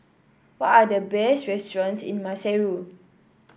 what are the best restaurants in Maseru